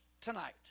tonight